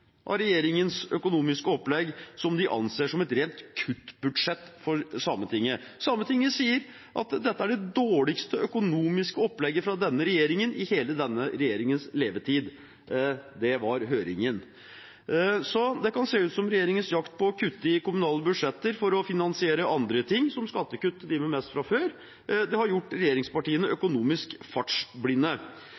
av regjeringens økonomiske opplegg, som de anser som et rent kuttbudsjett for Sametinget. Sametinget sier at dette er det dårligste økonomiske opplegget fra denne regjeringen i hele denne regjeringens levetid. – Det var høringen. Det kan se ut som om regjeringens jakt på å kutte i kommunale budsjetter for å finansiere andre ting, som skattekutt til dem med mest fra før, har gjort regjeringspartiene